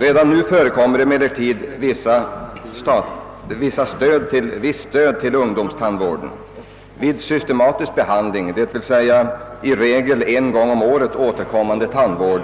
Redan nu förekommer emellertid visst statligt stöd till ungdomstandvården. Vid systematisk behandling, d. v. s. i regel en gång om året återkommande tandvård,